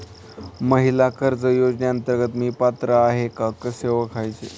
महिला कर्ज योजनेअंतर्गत मी पात्र आहे का कसे ओळखायचे?